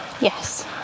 Yes